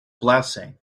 blessing